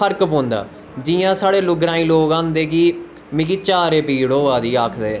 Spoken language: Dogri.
फर्क पौंदा जियां साढ़े ग्राईं लोग आंदे कि मिगी चारे पीड़ होआ दी आखदे